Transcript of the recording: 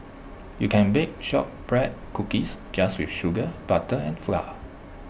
you can bake Shortbread Cookies just with sugar butter and flour